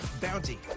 Bounty